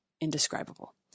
indescribable